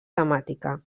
temàtica